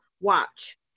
Watch